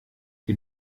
die